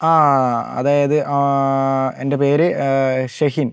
ആ അതായത് എൻ്റെ പേര് ഷെഹിൻ